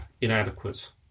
inadequate